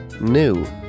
New